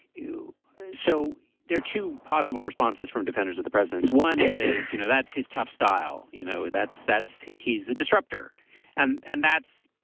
you show there two possible responses from defenders of the presidents. one is, you know, that's his tough style. you know, that's that's see, he's a disruptor and and that's.